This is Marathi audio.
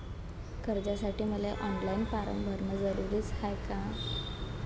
कर्जासाठी मले ऑनलाईन फारम भरन जरुरीच हाय का?